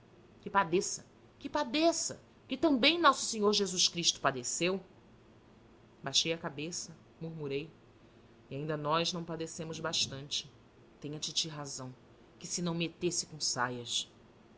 que padeça que padeça que também nosso senhor jesus cristo padeceu baixei a cabeça murmurei e ainda nós não padecemos bastante tem a titi razão que se não metesse com saias